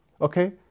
Okay